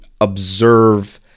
observe